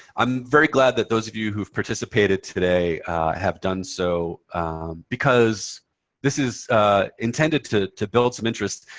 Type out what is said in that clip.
i'm very glad that those of you who've participated today have done so because this is intended to to build some interest.